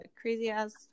crazy-ass